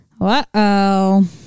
Uh-oh